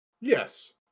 Yes